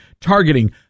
targeting